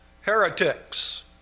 heretics